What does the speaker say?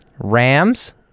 Rams